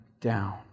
down